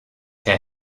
herr